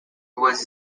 was